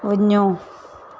वञो